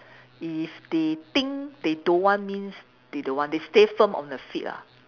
if they think they don't want means they don't want they stay firm on their feet ah